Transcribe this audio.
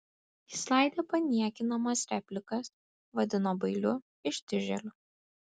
jis laidė paniekinamas replikas vadino bailiu ištižėliu